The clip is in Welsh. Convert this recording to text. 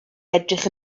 edrych